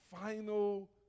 final